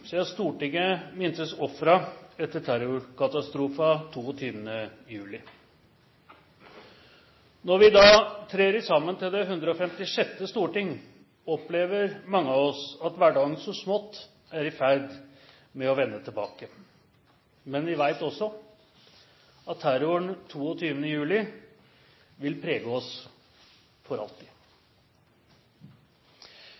Stortinget mintes ofrene etter terrorkatastrofen 22. juli. Når vi i dag trer sammen til det 156. storting, opplever mange av oss at hverdagen så smått er i ferd med å vende tilbake. Men vi vet også at terroren 22. juli vil prege oss for